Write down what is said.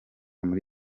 muri